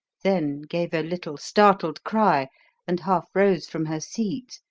then gave a little startled cry and half rose from her seat.